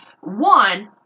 one